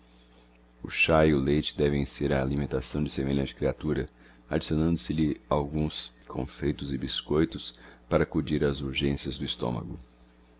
o chá e o leite devem ser a alimentação de semelhante criatura adicionando se lhe alguns confeitos e biscoitos para acudir às urgências do estômago